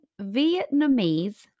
Vietnamese